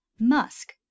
musk